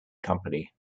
company